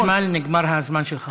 לפי החשמל נגמר הזמן שלך.